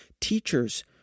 teachers